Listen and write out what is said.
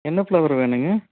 என்ன ஃப்ளவர் வேணுங்க